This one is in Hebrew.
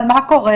אבל מה קורה?